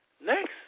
Next